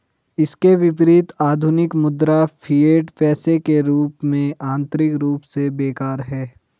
इसके विपरीत, आधुनिक मुद्रा, फिएट पैसे के रूप में, आंतरिक रूप से बेकार है